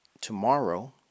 tomorrow